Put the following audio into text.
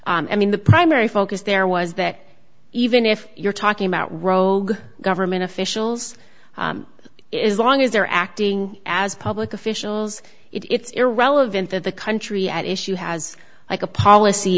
that i mean the primary focus there was that even if you're talking about rogue government officials is long as they're acting as public officials it's irrelevant that the country at issue has like a policy